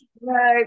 no